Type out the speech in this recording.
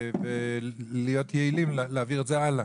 להיות יעילים ולהעביר את זה הלאה.